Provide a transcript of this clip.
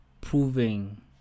proving